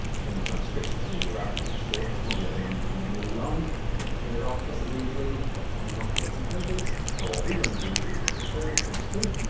i think i'm trying to stretch this video out cuz it's short and all the other ones have been really long. but you can turn it off just as easily by turning off facing pages. but what we wanna do is this. go to page two,